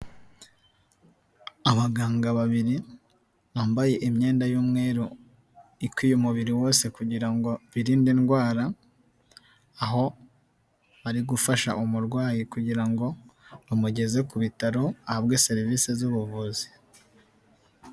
Abaganga babiri bambaye imyenda y'umweru ikwiye umubiri wose kugira ngo birinde indwara, aho bari gufasha umurwayi kugira ngo bamugeze ku bitaro, ahabwe serivisi z'ubuvuzi.